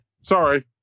Sorry